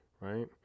right